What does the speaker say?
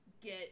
get